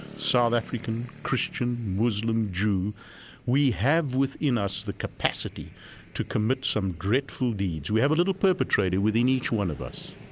south african, christian, muslim, jew we have within us the capacity to commit some dreadful deeds. we have a little perpetrator within each one of us.